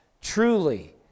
Truly